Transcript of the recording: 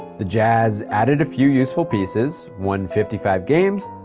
the jazz added a few useful pieces, won fifty five games,